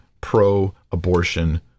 pro-abortion